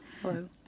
Hello